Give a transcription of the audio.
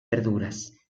verduras